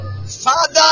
Father